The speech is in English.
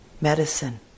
medicine